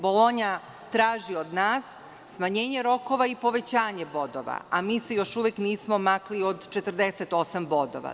Bolonja traži od nas smanjenje rokova i povećanje bodova, a mi se još uvek nismo makli od 48 bodova.